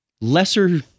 lesser